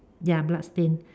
ya blood stain